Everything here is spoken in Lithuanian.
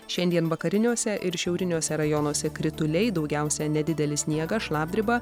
šiandien vakariniuose ir šiauriniuose rajonuose krituliai daugiausia nedidelis sniegas šlapdriba